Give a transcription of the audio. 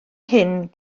hyn